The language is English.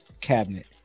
cabinet